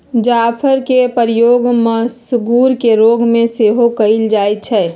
जाफरके प्रयोग मसगुर के रोग में सेहो कयल जाइ छइ